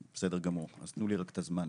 בסדר גמור, אז תנו לי רק את הזמן,